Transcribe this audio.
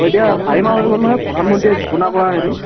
অঁ এতিয়া চাৰিমাহ হৈ গ'ল নহয় প্ৰধানমন্ত্ৰীয়ে ঘোষণা কৰা সেইটো